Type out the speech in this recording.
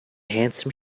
handsome